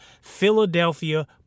Philadelphia